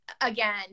again